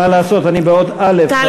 מה לעשות, אני באות אל"ף.